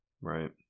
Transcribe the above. Right